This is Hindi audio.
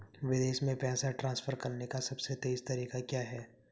विदेश में पैसा ट्रांसफर करने का सबसे तेज़ तरीका क्या है?